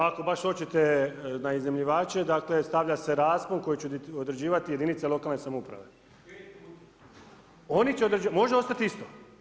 Ako baš hoćete na iznajmljivače, dakle stavlja se raspon koji će odrađivati jedinice lokalne samouprave [[Upadica: 5 puta.]] Oni će određivati, može ostati isto.